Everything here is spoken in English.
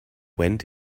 went